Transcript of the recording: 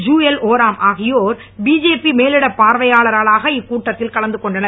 ஜுயல் ஓராம் ஆகியோர் பிஜேபி மேலிடப் பார்வையாளர்களாக கூட்டத்தில் கலந்து கொண்டனர்